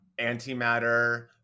antimatter